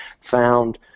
found